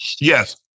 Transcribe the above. yes